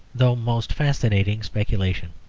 though most fascinating, speculation.